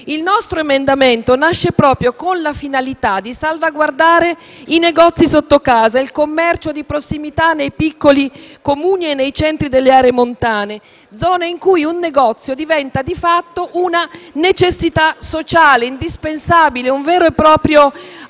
Il nostro emendamento nasce proprio con la finalità di salvaguardare i negozi sotto casa, il commercio di prossimità nei piccoli Comuni e nei centri delle aree montane. In quelle zone un negozio diventa, di fatto, una necessità sociale indispensabile, un vero e proprio ancoraggio